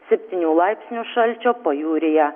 septynių laipsnių šalčio pajūryje